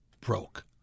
broke